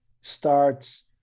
starts